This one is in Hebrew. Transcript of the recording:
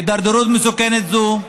הידרדרות מסוכנת זו,